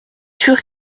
sûr